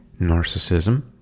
narcissism